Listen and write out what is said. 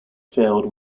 failed